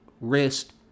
wrist